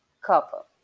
couple